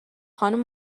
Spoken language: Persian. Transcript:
خانم